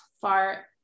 far